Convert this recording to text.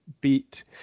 beat